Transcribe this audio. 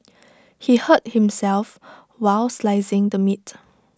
he hurt himself while slicing the meat